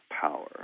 power